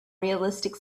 realistic